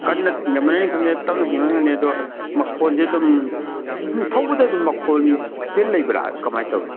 ꯀꯟꯅ ꯆꯤꯡꯁꯤꯟꯕꯅꯅꯤ ꯈꯪꯗꯦ ꯇꯞꯅ ꯆꯤꯡꯁꯤꯟꯕꯅꯅꯤ ꯈꯪꯗꯦ ꯃꯈꯣꯟꯁꯦ ꯑꯗꯨꯝ ꯑꯗꯨꯝ ꯊꯧꯕꯗ ꯑꯗꯨꯝ ꯃꯈꯣꯟ ꯍꯥꯏꯐꯦꯠ ꯂꯩꯕꯔꯥ ꯀꯃꯥꯏꯅ ꯇꯧꯏ